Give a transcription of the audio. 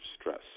stress